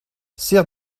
serr